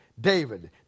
David